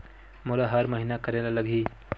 मोला हर महीना करे ल लगही?